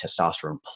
testosterone